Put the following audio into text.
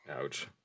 Ouch